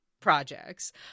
projects